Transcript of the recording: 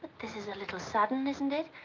this is a little sudden, isn't it?